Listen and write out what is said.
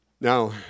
Now